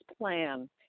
plan